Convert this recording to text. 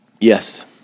Yes